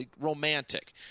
romantic